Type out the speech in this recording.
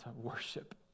worship